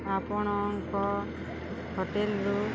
ଆପଣଙ୍କ ହୋଟେଲ୍ରୁ